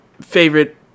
favorite